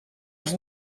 els